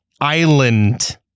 island